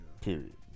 Period